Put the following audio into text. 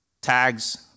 tags